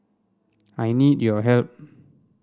I need your help